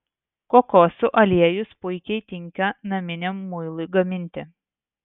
kokosų aliejus puikiai tinka naminiam muilui gaminti